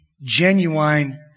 genuine